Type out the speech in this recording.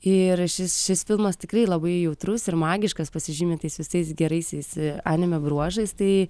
ir šis šis filmas tikrai labai jautrus ir magiškas pasižymi tais visais geraisiais anime bruožais tai